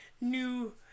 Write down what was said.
new